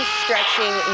stretching